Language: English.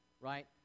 right